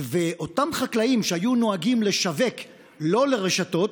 ואותם חקלאים שהיו נוהגים לשווק שלא לרשתות